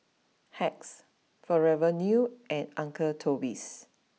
Hacks forever new and Uncle Toby's